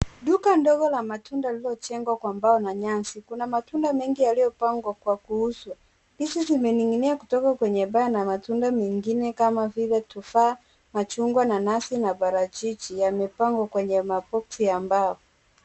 Duka ndogo lililojengwa kwa ambao na nyasi. Kuna matunda mengi yaliyopangwa kwa kuuzwa. Ndizi zimening'inia kutoka kwenye paa na matunda mengine kama vile tufaa ,machungwa ,nanasi na parachichi yamepangwa kwenye maboksi ya mbao.